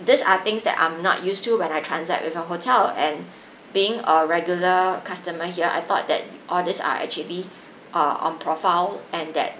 this are things that I'm not used to when I transact with a hotel and being a regular customer here I thought that all this are actually uh on profile and that